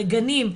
לגנים,